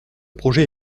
projet